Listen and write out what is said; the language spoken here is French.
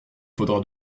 faudra